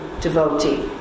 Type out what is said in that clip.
devotee